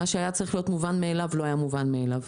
ומה שהיה צריך להיות מובן מאליו לא היה מובן מאליו.